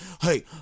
hey